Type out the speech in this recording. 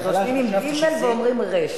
כותבים עם גימ"ל ואומרים רי"ש.